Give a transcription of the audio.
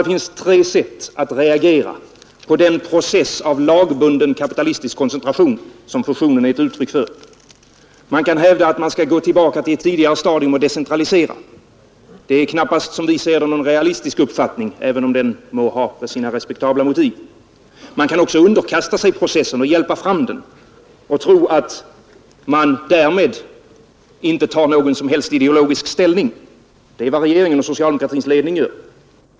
Det finns tre sätt att reagera på den process av lagbunden kapitalistisk koncentration som fusionen är ett uttryck för. Man kan hävda att man skall gå tillbaka till ett tidigare stadium och decentralisera. Det är knappast som vi ser det någon realistisk uppfattning, även om den har sina respektabla motiv. Man kan även underkasta sig processen och hjälpa fram den och tro att man därmed inte tar någon som helst ideologisk ställning — det är vad regeringen och socialdemokratins ledning gör.